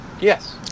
yes